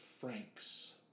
francs